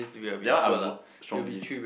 ya I would strongly